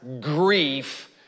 grief